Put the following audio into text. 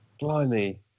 Blimey